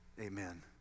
Amen